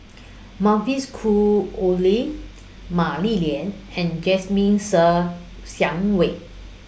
Mavis Khoo Oei Mah Li Lian and Jasmine Ser Xiang Wei